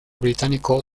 británico